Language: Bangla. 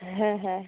হ্যাঁ হ্যাঁ